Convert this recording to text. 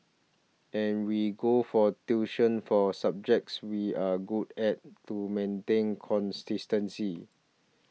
and we go for tuition for subjects we are good at to maintain consistency